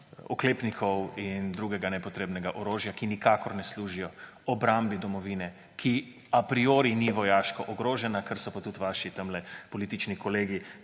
oklepnikov in drugega nepotrebnega orožja, ki nikakor ne služijo obrambi domovine, ki a priori ni vojaško ogrožena, kar so pa tudi vaši tamle politični kolegi